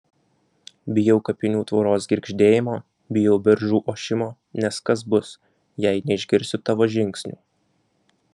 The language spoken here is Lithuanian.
bijau kapinių tvoros girgždėjimo bijau beržų ošimo nes kas bus jei neišgirsiu tavo žingsnių